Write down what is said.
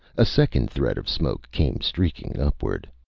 a second thread of smoke came streaking upward.